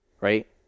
right